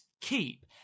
keep